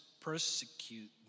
persecute